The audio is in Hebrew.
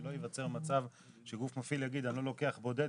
בשביל שלא ייווצר מצב שגוף מפעיל יגיד אני לא לוקח בודד,